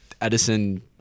Edison